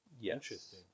Yes